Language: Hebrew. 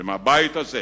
שמהבית הזה